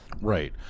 Right